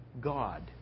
God